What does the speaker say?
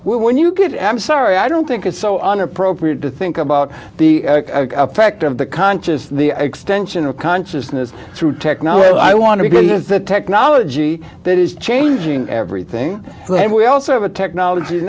when you get i'm sorry i don't think it's so on appropriate to think about the effect of the conscious extension of consciousness through technology but i want to get is the technology that is changing everything and we also have a technology